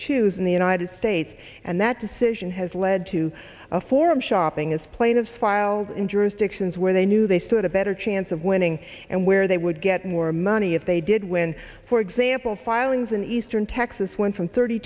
choose in the united states and that decision has led to a forum shopping is plain of filed in jurisdictions where they knew they stood a better chance of winning and where they would get more money if they did win for example filings in eastern texas went from thirty